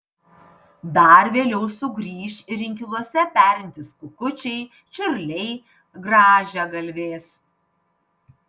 dar vėliau sugrįš ir inkiluose perintys kukučiai čiurliai grąžiagalvės